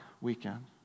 weekend